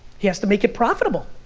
he has to make it profitable.